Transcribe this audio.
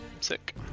Sick